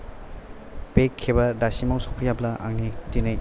बे खेबा दासिमाव सफैयाब्ला आंनि दिनै